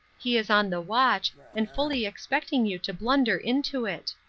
he is on the watch, and fully expecting you to blunder into it.